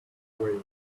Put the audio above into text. way